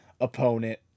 opponent